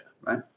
Right